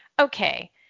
Okay